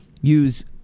use